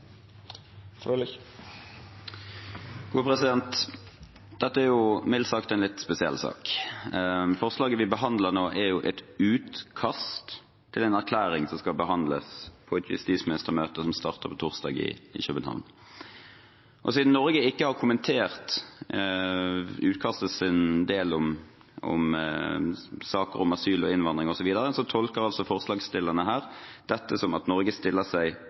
Dette er mildt sagt en litt spesiell sak. Forslaget vi behandler nå, er et utkast til en erklæring som skal behandles på et justisministermøte som starter på torsdag i København. Siden Norge ikke har kommentert utkastets del om asyl og innvandring osv., tolker altså forslagsstillerne dette som at Norge stiller seg